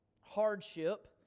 hardship